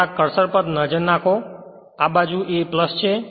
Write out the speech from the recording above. મારા કર્સર પર નજર જુઓ આ બાજુ એ છે